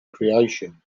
creation